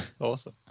Awesome